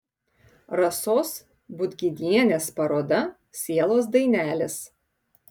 rasos budginienės paroda sielos dainelės